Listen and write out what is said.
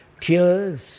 tears